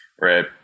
Right